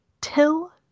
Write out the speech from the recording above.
till